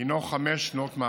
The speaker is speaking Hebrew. הינו חמש שנות מאסר.